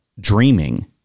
dreaming